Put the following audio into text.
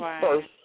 first